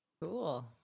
Cool